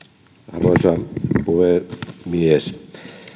arvoisa puhemies